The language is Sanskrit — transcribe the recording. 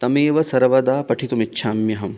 तमेव सर्वदा पठितुम् इच्छाम्यहं